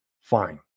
fine